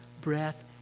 breath